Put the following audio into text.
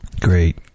Great